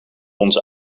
ons